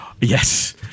Yes